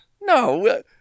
no